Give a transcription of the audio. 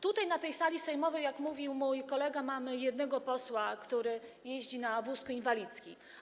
Tutaj, na tej sali sejmowej, jak mówił mój kolega, mamy jednego posła, który jeździ na wózku inwalidzkim.